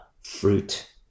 fruit